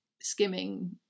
skimming